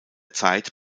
zeit